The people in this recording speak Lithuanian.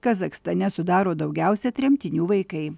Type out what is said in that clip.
kazachstane sudaro daugiausiai tremtinių vaikai